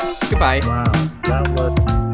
goodbye